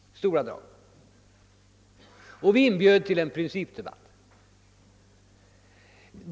Vi inbjöd då till en principdebatt.